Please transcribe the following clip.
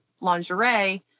lingerie